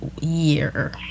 year